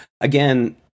again